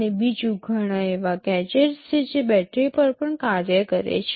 અને બીજું ઘણા એવા ગેજેટ્સ છે જે બેટરી પર પણ કાર્ય કરે છે